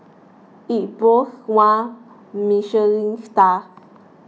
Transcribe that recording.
it boasts one Michelin star